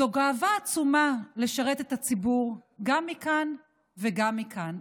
זו גאווה עצומה לשרת את הציבור גם מכאן וגם מכאן.